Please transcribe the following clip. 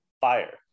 fire